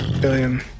billion